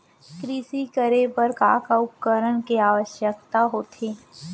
कृषि करे बर का का उपकरण के आवश्यकता होथे?